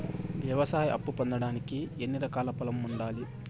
వ్యవసాయ అప్పు పొందడానికి ఎన్ని ఎకరాల పొలం ఉండాలి?